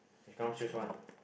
you come choose one